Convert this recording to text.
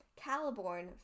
Caliborn